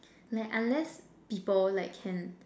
like unless people like can